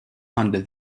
under